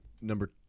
number